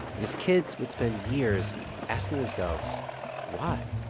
and his kids would spend years asking themselves why?